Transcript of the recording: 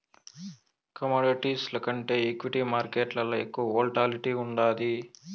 కమోడిటీస్ల కంటే ఈక్విటీ మార్కేట్లల ఎక్కువ వోల్టాలిటీ ఉండాది